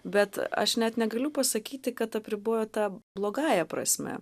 bet aš net negaliu pasakyti kad apribojo ta blogąja prasme